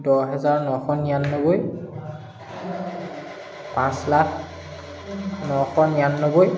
দহ হেজাৰ নশ নিৰান্নব্বৈ পাঁচ লাখ নশ নিৰান্নব্বৈ